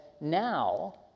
now